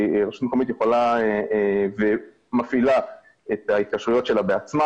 רשות מקומית יכולה ומפעילה את ההתקשרויות שלה בעצמה,